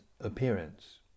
appearance